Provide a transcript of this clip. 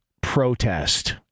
protest